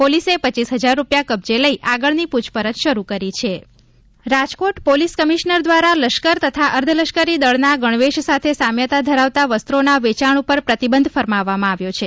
પોલીસે પચીસ હજાર રૂપિયા કબજે લઈ આગળની પ્રછપરછ શરૂ કરી છે રાજકોટ પોલીસ કમિશનર દ્વારા લશ્કર તથા અર્ધલશ્કરી દળના ગણવેશ સાથે સામ્યતા ધરાવતા વસ્ત્રોના વેચાણ ઉપર પ્રતિબંધ ફરમાવવામાં આવ્યો છે